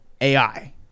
AI